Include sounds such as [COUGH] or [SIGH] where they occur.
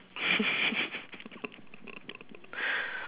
[LAUGHS]